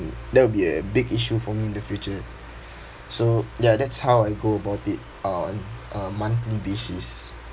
that will be a big issue for me in the future so ya that's how I go about it on a monthly basis